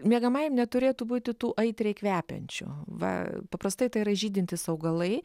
miegamajam neturėtų būti tų aitriai kvepiančių va paprastai tai yra žydintys augalai